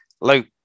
Luke